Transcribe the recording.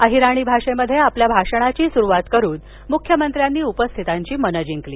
अहिराणी भाषेत आपल्या भाषणाची सुरवात करून मुख्यमंत्र्यानी उपस्थितांची मनं जिंकली